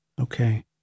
Okay